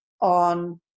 on